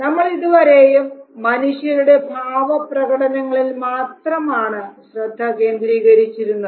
നമ്മൾ ഇതുവരെയും മനുഷ്യരുടെ ഭാവപ്രകടനങ്ങളിൽ മാത്രമാണ് ശ്രദ്ധ കേന്ദ്രീകരിച്ചിരുന്നത്